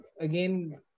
Again